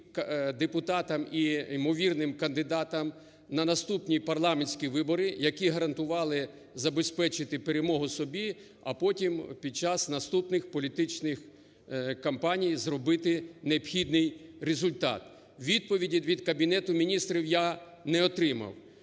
депутатам і ймовірним кандидатам на наступні парламентські вибори, які гарантували забезпечити перемогу собі, а потім під час наступних політичних кампаній зробити необхідний результат. Відповіді від Кабінету Міністрів я не отримав.